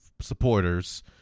supporters